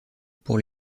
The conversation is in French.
pour